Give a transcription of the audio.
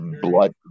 blood